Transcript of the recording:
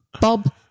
bob